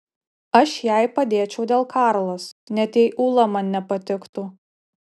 aš jai padėčiau dėl karlos net jei ula man nepatiktų